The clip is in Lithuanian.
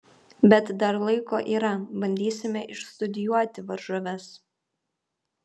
bet dar laiko yra bandysime išstudijuoti varžoves